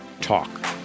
Talk